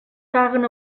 caguen